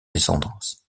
descendance